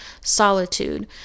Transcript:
solitude